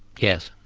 yes,